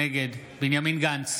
נגד בנימין גנץ,